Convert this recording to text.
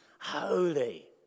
holy